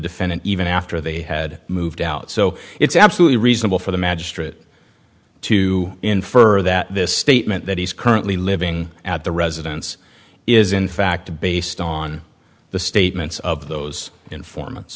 defendant even after they had moved out so it's absolutely reasonable for the magistrate to infer that this statement that he's currently living at the residence is in fact based on the statements of those informants